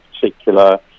particular